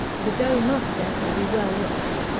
the dough must, therefore, be well worked.